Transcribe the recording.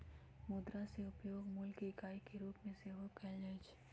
मुद्रा के उपयोग मोल के इकाई के रूप में सेहो कएल जाइ छै